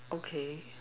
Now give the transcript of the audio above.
okay